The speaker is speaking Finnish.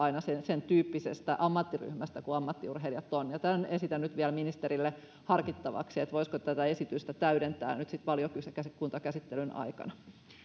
sentyyppisestä ammattiryhmästä kuin ammattiurheilijat ovat tämän esitän nyt vielä ministerille harkittavaksi voisiko tätä esitystä täydentää valiokuntakäsittelyn aikana